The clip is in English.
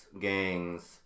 gangs